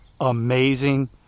amazing